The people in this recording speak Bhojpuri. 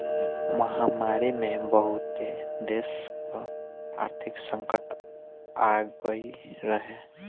महामारी में बहुते देस पअ आर्थिक संकट आगई रहे